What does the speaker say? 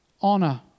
honor